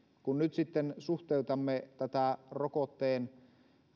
kun nyt sitten suhteutamme tätä rokotteen